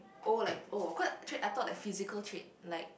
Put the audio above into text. oh like oh cause trait I thought like physical trait like